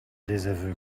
désaveu